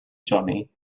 johnny